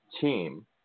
team